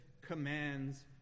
commands